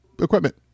equipment